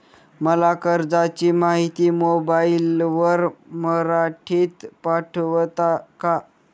मला कर्जाची माहिती मोबाईलवर मराठीत पाठवता का?